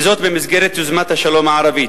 במסגרת יוזמת השלום הערבית.